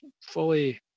fully